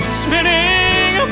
spinning